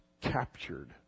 Captured